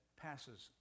passes